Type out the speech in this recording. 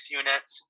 units